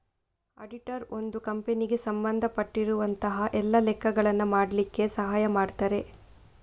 auditor ಒಂದು ಕಂಪನಿಗೆ ಸಂಬಂಧ ಪಟ್ಟಿರುವಂತಹ ಎಲ್ಲ ಲೆಕ್ಕಗಳನ್ನ ಮಾಡ್ಲಿಕ್ಕೆ ಸಹಾಯ ಮಾಡ್ತಾರೆ